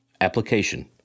Application